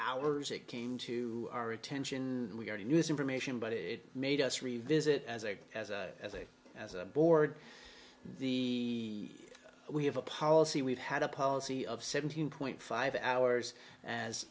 hours it came to our attention we already knew this information but it made us revisit as a as a as a as a board the we have a policy we've had a policy of seventeen point five hours